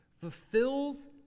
fulfills